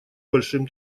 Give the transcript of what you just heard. большим